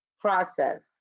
process